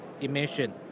emission